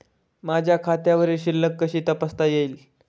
माझ्या खात्यावरील शिल्लक कशी तपासता येईल?